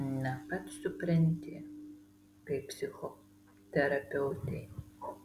na pats supranti kaip psichoterapeutei